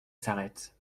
s’arrête